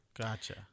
Gotcha